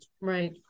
Right